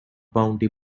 bounty